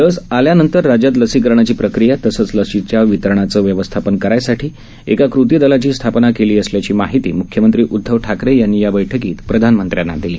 लस आल्यानंतर राज्यात लसीकरणाची प्रक्रिया तसंच लसीच्या वितरणाचं व्यवस्थापन करायसाठी एका कृती दलाची स्थापना केली असल्याची माहिती म्ख्यमंत्री उद्धव ठाकरे यांनी या बैठकीत प्रधानमंत्र्यांना दिली